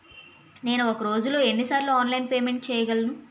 నేను ఒక రోజులో ఎన్ని సార్లు ఆన్లైన్ పేమెంట్ చేయగలను?